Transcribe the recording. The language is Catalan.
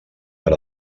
per